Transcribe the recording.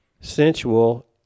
sensual